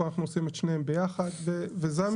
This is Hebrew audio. פה אנחנו עושים את שניהם ביחד וזו המשמרת שלנו.